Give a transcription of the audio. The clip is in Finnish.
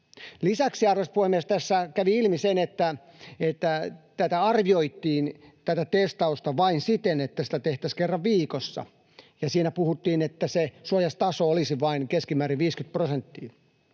puhemies, tässä kävi ilmi, että tätä testausta arvioitiin vain siten, että sitä tehtäisiin kerran viikossa, ja siinä puhuttiin, että se suojaustaso olisi vain keskimäärin 50 prosenttia